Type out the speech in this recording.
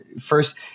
first